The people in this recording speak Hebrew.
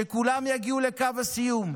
כולם יגיעו לקו הסיום,